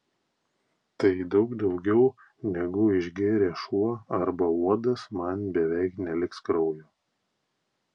tai daug daugiau negu išgėrė šuo arba uodas man beveik neliks kraujo